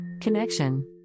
Connection